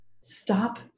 stop